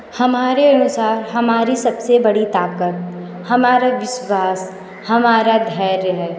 हमारे अनुसार हमारी सब से बड़ी ताक़त हमारा विश्वास हमारा धैर्य है